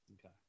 Okay